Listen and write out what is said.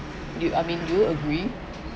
you I mean do you agree